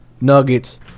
Nuggets